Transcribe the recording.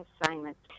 assignments